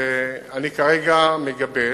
ואני כרגע מגבש.